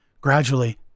Gradually